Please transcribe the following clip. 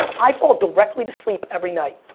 i fall directly to sleep every night.